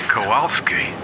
Kowalski